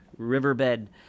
riverbed